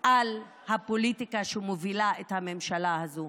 על הפוליטיקה שמובילה את הממשלה הזאת.